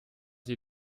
sie